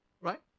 Right